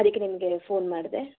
ಅದಕ್ಕೆ ನಿಮಗೆ ಫೋನ್ ಮಾಡಿದೆ